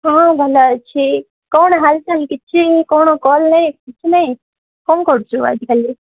ହଁ ଭଲ ଅଛି କ'ଣ ହାଲ୍ଚାଲ୍ କିଛି କ'ଣ କଲ୍ ନାହିଁ କିଛି ନାହିଁ କ'ଣ କରୁଛୁ ଆଜିକାଲି